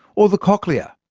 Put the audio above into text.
or the cochlea,